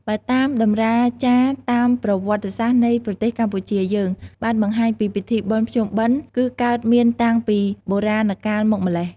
បើតាមតម្រាចារតាមប្រវត្តិសាស្ត្រនៃប្រទេសកម្ពុជាយើង បានបង្ហាញថាពិធីបុណ្យភ្ជុំបិណ្ឌ គឺកើតមានតាំងពីបុរាណកាលមកម្ល៉េះ។